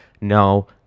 no